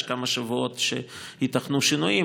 יש כמה שבועות שייתכנו שינויים,